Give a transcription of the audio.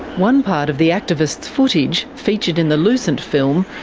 one part of the activists' footage, featured in the lucent film,